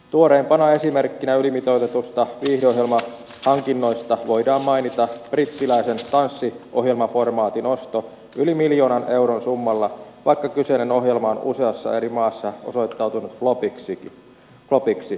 tuoreimpana esimerkkinä ylimitoitetusta viihdeohjelmahankinnasta voidaan mainita brittiläisen tanssiohjelmaformaatin osto yli miljoonan euron summalla vaikka kyseinen ohjelma on useassa eri maassa osoittautunut flopiksi